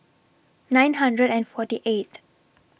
nine hundred and forty eighth